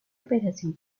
operación